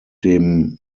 dem